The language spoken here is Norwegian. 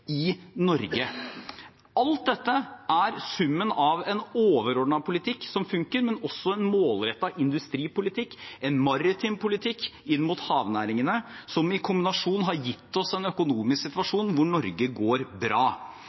i Norge. Alt dette er summen av en overordnet politikk som fungerer, men også en målrettet industripolitikk og en maritim politikk inn mot havnæringene, som i kombinasjon har gitt oss en økonomisk situasjon hvor Norge går bra.